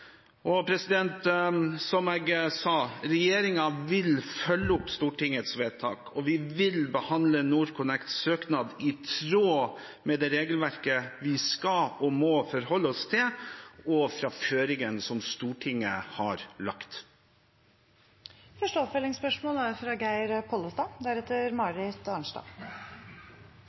Og som jeg sa: Regjeringen vil følge opp Stortingets vedtak, og vi vil behandle NorthConnects søknad i tråd med det regelverket vi skal og må forholde oss til, og føringene som Stortinget har lagt. Det blir oppfølgingsspørsmål – først Geir Pollestad.